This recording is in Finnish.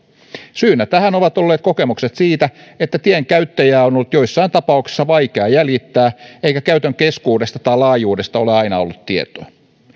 syynä tähän ovat olleet kokemukset siitä että tien käyttäjää on ollut joissain tapauksissa vaikea jäljittää eikä käytön kestosta tai laajuudesta ole aina ollut tietoa